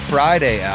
Friday